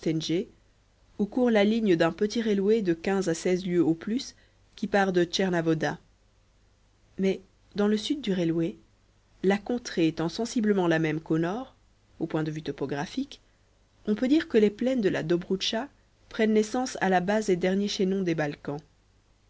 où court la ligne d'un petit railway de quinze à seize lieues au plus qui part de tchernavoda mais dans le sud du railway la contrée étant sensiblement la même qu'au nord au point de vue topographique on peut dire que les plaines de la dobroutcha prennent naissance à la base des derniers chaînons des balkans